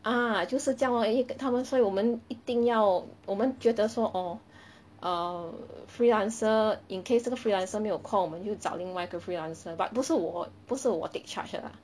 uh 就是这样咯因为他们所以我们一定要我们觉得说 orh err freelancer in case 这个 freelancer 沒有空我们就找另外一个 freelancer but 不是我不是我 take charge 的啦